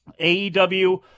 AEW